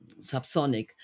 subsonic